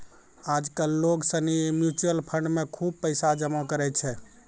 आज कल लोग सनी म्यूचुअल फंड मे खुब पैसा जमा करै छै